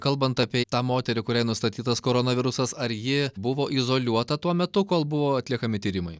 kalbant apie tą moterį kuriai nustatytas koronavirusas ar ji buvo izoliuota tuo metu kol buvo atliekami tyrimai